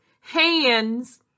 hands